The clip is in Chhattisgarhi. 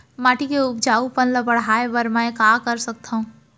माटी के उपजाऊपन ल बढ़ाय बर मैं का कर सकथव?